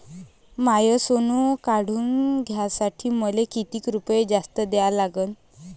माय सोनं काढून घ्यासाठी मले कितीक रुपये जास्त द्या लागन?